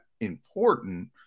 important